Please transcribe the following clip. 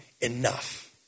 enough